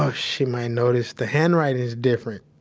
ah she might notice the handwriting's different